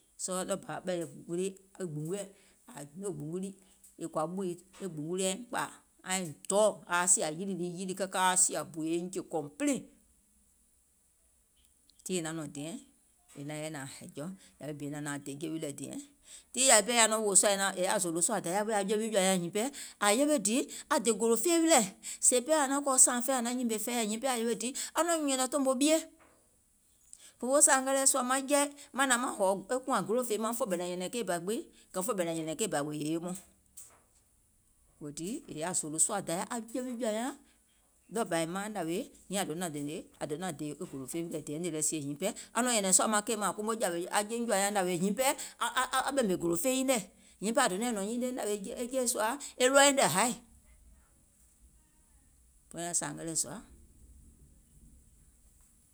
e gbùnguɛ̀, ȧŋ juo gbùngu lii, kɔ̀ȧ ɓùi e gbùngu lii aiŋ kpȧȧ, aiŋ dɔɔ̀ aiŋ sìȧ yilì wii aaŋ sìȧ bù eiŋ jè complete, tiŋ è naŋ nɔ̀ŋ diɛŋ tii yȧwi pɛɛ yaȧ wòo sùȧ è yaȧ zòòlò sùȧ dayȧ wèè aŋ je wi jɔ̀ȧ nyaŋ nyiŋ pɛɛ ȧŋ yewe dìì aŋ dè gòlò fee wilɛ̀, sèè pɛɛ ȧŋ naŋ kɔ̀ sȧȧŋ fɛi ȧŋ naŋ nyìmè fɛi nyiŋ pɛɛ ȧŋ yewe dìì aŋ nɔ̀ŋ nyuùŋ tòmò tòmò ɓie, òfoo sȧȧmɛ lɛɛ̀ sùȧ maŋ jɛi maŋ hɔ̀ɔ̀ kùȧŋ golò fèemȧŋ fè ɓɛ̀nɛ̀ŋ nyɛ̀nɛ̀ŋ keì bȧ gbiŋ, kɛ̀ fè ɓɛ̀nɛ̀ŋ nyɛ̀nɛ̀ŋ keì bȧ wèè yèye mɔɔ̀ŋ, weètii è yaȧ zòòlò sùȧ dayȧ aŋ je wi jɔ̀ȧ nyaŋ, ɗɔɔbȧ è maaŋ nȧwèè, nyiŋ ȧŋ donȧŋ dè gòlò fee wilɛ̀ diɛŋ, nìì lɛ sie nyiŋ pɛɛ aŋ nɔ̀ŋ nyɛ̀nɛ̀ŋ sùȧ maŋ keì maŋ ȧŋ komo nȧwèè aŋ je nyiŋ jɔ̀ȧ nyaŋ nyiŋ pɛɛ aŋ ɓèmè gòlò fee nyiŋ nɛ̀, nyiŋ pɛɛ ȧŋ donȧiŋ nɔ̀ŋ nyinie e jeè sùȧ e ɗɔɔ nyiŋ nɛ̀ haì,